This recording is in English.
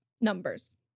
numbers